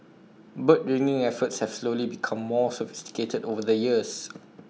bird ringing efforts have slowly become more sophisticated over the years